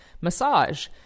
massage